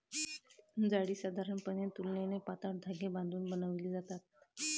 जाळी साधारणपणे तुलनेने पातळ धागे बांधून बनवली जातात